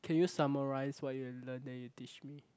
can you summarize what you have learn then you teach me